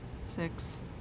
Six